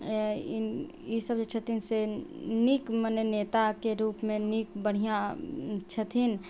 इसभ जे छथिन से नीक मने नेताके रूपमे नीक बढ़िऑं छथिन